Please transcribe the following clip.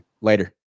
Later